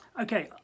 okay